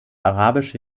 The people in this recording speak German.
arabische